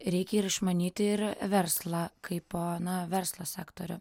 reikia ir išmanyti ir verslą kaipo na verslo sektorių